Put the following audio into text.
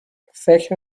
فکر